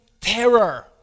terror